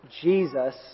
Jesus